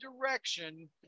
direction